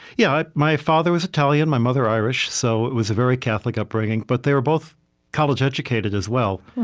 yeah. my father was italian, my mother irish, so it was a very catholic upbringing. but they were both college educated as well.